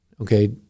Okay